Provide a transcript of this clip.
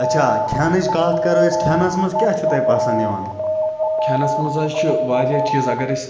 کھیٚنَس مَنٛز حظ چھِ واریاہ چیٖز اَگَر أسۍ